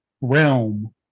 realm